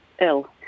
ill